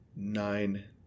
Nine